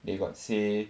they got say